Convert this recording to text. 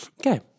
Okay